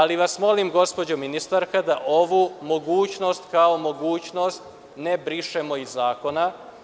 Molim vas gospođo ministarka da ovu mogućnost kao mogućnost ne brišemo iz zakona.